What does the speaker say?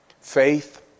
Faith